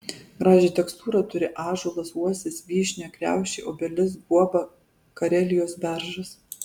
gražią tekstūrą turi ąžuolas uosis vyšnia kriaušė obelis guoba karelijos beržas